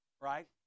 right